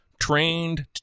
trained